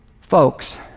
Folks